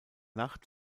nacht